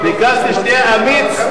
ביקשתי שתהיה אמיץ,